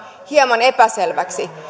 hieman epäselväksi